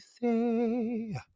say